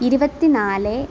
ഇരുപത്തിനാല്